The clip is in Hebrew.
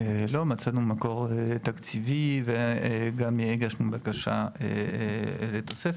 מצאנו מקור תקציבי, וגם הגשנו בקשה לתוספת.